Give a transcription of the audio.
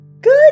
Good